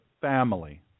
family